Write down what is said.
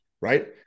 right